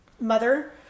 mother